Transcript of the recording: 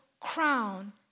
crown